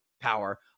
power